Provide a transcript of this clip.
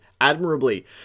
admirably